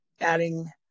adding